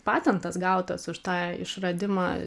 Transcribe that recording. patentas gautas už tą išradimą